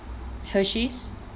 Hershey's